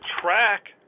track